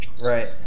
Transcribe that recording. Right